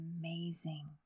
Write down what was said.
amazing